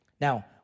Now